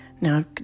Now